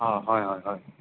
অঁ হয় হয় হয়